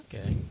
Okay